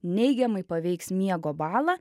neigiamai paveiks miego balą